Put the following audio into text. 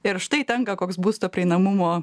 ir štai tenka koks būsto prieinamumo